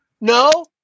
No